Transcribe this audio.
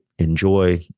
enjoy